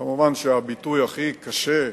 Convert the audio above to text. כמובן, הביטוי הכי קשה,